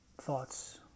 thoughts